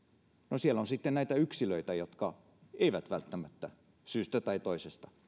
no siellä on sitten näitä yksilöitä jotka eivät välttämättä syystä tai toisesta